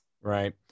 Right